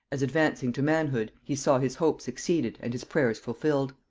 as advancing to manhood, he saw his hopes exceeded and his prayers fulfilled.